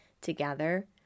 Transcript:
together